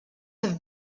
have